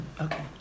okay